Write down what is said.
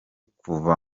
kuva